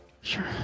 Sure